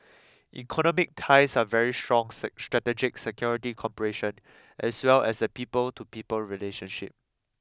economic ties are very strong say strategic security cooperation as well as the people to people relationship